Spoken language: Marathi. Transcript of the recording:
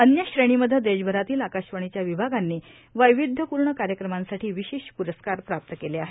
अन्य श्रेणीमध्ये देशभरातील आकाशवाणीच्या विभागांनी वैविध्यपूर्ण कार्यक्रमांसाठी विशिष्ट प्रस्कार प्राप्त केले आहेत